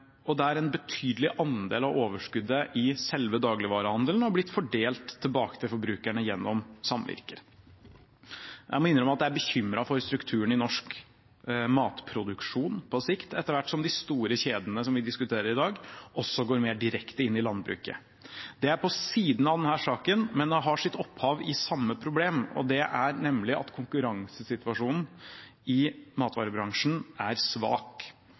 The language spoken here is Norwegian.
og der en betydelig andel av overskuddet i selve dagligvarehandelen har blitt fordelt tilbake til forbrukerne gjennom samvirker. Jeg må innrømme at jeg er bekymret for strukturen i norsk matproduksjon på sikt etter hvert som de store kjedene som vi diskuterer i dag, også går mer direkte inn i landbruket. Det er på siden av denne saken, men det har sitt opphav i samme problem, nemlig at konkurransesituasjonen i matvarebransjen er svak.